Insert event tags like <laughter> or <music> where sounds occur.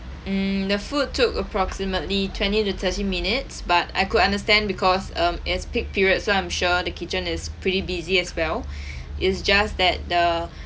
mm the food took approximately twenty to thirty minutes but I could understand because um it's peak periods so I'm sure the kitchen is pretty busy as well <breath> it's just that the